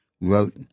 wrote –